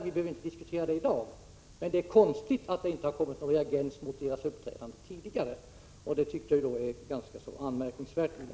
Vi behöver ju inte diskutera detta i dag, men det är konstigt att det inte har kommit någon reagens mot deras uppträdande tidigare.